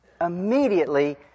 immediately